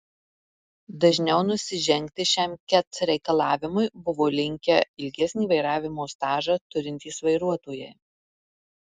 dažniau nusižengti šiam ket reikalavimui buvo linkę ilgesnį vairavimo stažą turintys vairuotojai